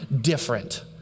different